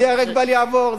זה ייהרג ובל יעבור,